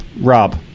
Rob